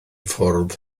ffwrdd